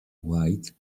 white